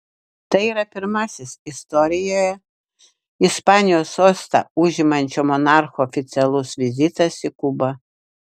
tai yra pirmasis istorijoje ispanijos sostą užimančio monarcho oficialus vizitas į kubą